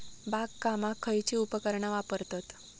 बागकामाक खयची उपकरणा वापरतत?